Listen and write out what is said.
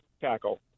tackle